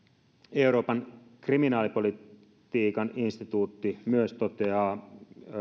euroopan kriminaalipolitiikan instituutti myös toteaa